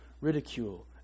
ridicule